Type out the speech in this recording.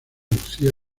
lucía